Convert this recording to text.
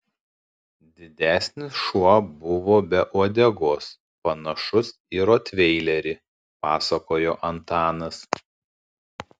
didesnis šuo buvo be uodegos panašus į rotveilerį pasakojo antanas